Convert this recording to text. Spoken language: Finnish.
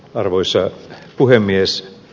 arvoisa puhemies